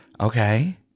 Okay